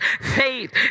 Faith